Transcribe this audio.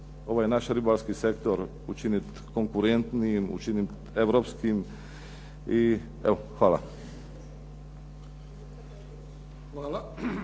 ovaj naš ribarski sektor učiniti konkurentnijim, Europskim i evo hvala.